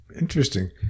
Interesting